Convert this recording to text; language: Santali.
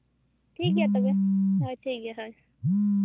ᱴᱷᱤᱠᱜᱮᱭᱟ ᱛᱚᱵᱮ ᱦᱳᱭ ᱴᱷᱤᱠᱜᱮᱭᱟ ᱦᱳᱭ